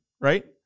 right